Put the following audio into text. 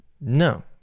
no